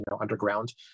underground